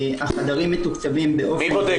החדרים מתוקצבים באופן --- מי מחליט